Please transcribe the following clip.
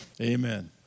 Amen